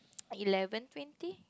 eleven twenty